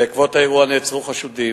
בעקבות האירוע נעצרו חשודים.